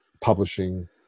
publishing